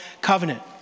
covenant